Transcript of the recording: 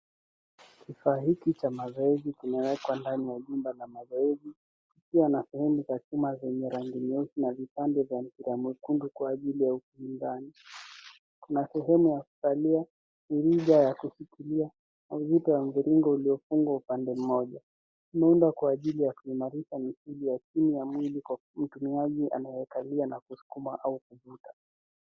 Kifaa cha mazoezi kimeundwa kwa ajili ya watu wanaofanya mazoezi na wanazingatia mazoezi hayo. Kinahusisha vifaa vya kudumisha mwendo na kushughulikia misuli, pamoja na vipengele vya lishe au njia za msaada kwa ajili ya ushindani. Kinajumuisha vipengele vya kudumisha ustawi, vya kusikiliza mwendo wa mwili, na kifaa kilichounganishwa upande mmoja. Pia, kuna eneo la kushughulikia mazoezi ya mkononi, ambapo watumiaji wanaweka mikono yao na kushinikiza au kusukuma ili kufanya mazoezi kwa ufanisi.